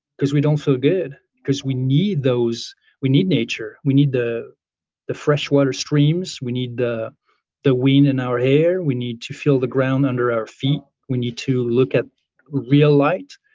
because we don't feel good because we need we need nature, we need the the fresh water streams, we need the the wind in our hair, we need to feel the ground under our feet, we need to look at real light,